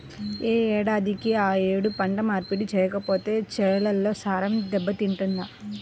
యే ఏడాదికి ఆ యేడు పంట మార్పిడి చెయ్యకపోతే చేలల్లో సారం దెబ్బతింటదంట